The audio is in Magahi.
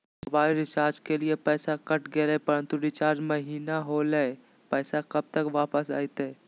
मोबाइल रिचार्ज के लिए पैसा कट गेलैय परंतु रिचार्ज महिना होलैय, पैसा कब तक वापस आयते?